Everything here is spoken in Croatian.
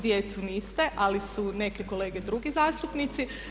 Djecu niste, ali su neke kolege drugi zastupnici.